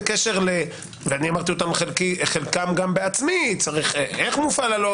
ואמרתי אותם חלקם גם בעצמי איך מופעל,